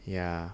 ya